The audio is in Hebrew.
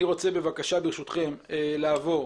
אני רוצה ברשותכם לעבור